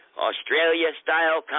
Australia-style